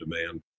demand